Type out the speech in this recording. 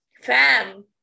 fam